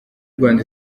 rwanda